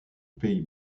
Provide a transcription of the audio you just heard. pays